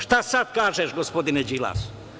Šta sada kažeš, gospodine Đilas?